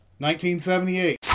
1978